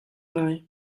ngai